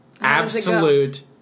Absolute